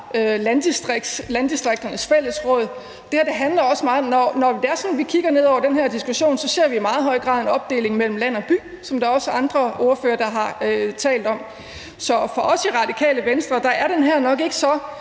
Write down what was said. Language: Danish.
Landdistrikternes Fællesråd. Når vi kigger ned over den her diskussion, ser vi i meget høj grad en opdeling i land og by, som også andre ordførere har talt om. For os i Radikale Venstre er den her sag nok ikke så